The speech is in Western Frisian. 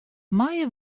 meie